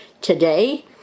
today